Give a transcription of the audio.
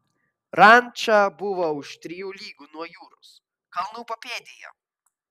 ranča buvo už trijų lygų nuo jūros kalnų papėdėje